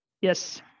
yes